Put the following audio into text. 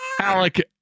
Alec